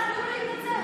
אתה לא צריך להתנצל,